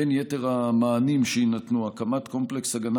בין יתר המענים שיינתנו: הקמת קומפלקס הגנה